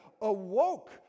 awoke